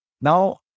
Now